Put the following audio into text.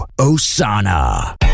Osana